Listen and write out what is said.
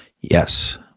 yes